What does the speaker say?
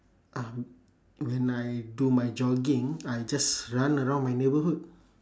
um when I do my jogging I just run around my neighbourhood